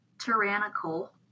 tyrannical